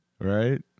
Right